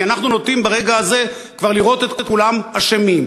כי אנחנו נוטים ברגע הזה כבר לראות את כולם אשמים.